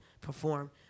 perform